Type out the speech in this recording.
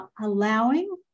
allowing